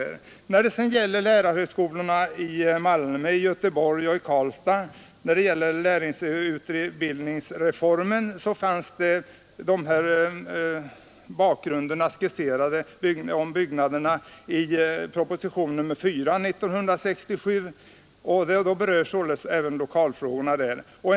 Vad sedan beträffar lärarhögskolorna i Malmö, Göteborg och Karlstad som var aktuella i samband med lärarutbildningsreformen fanns bakgrunderna skisserade i propositionen 4 år 1967, där således även lokalfrågorna berörs.